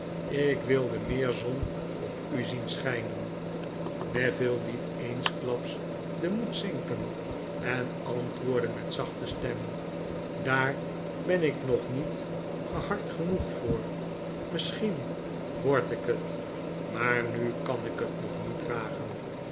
ik wilde meer zon op u zien schiinen neville liet eensklaps den moed zinken en antwoordde met zachte stem daar ben ik nog niet gehard genoeg voor misschien word ik het maar nu kan ik het nog niet dragen